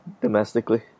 domestically